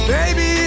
Baby